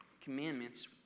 commandments